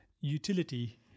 utility